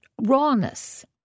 rawness